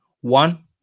One